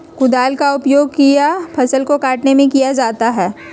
कुदाल का उपयोग किया फसल को कटने में किया जाता हैं?